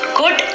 good